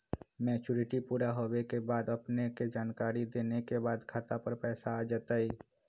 Maturity पुरा होवे के बाद अपने के जानकारी देने के बाद खाता पर पैसा आ जतई?